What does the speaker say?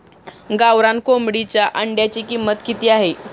गावरान कोंबडीच्या अंड्याची किंमत किती आहे?